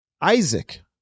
Isaac